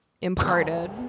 imparted